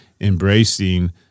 embracing